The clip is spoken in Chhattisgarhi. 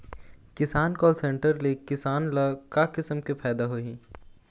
किसान कॉल सेंटर ले किसान ल का किसम के फायदा होही?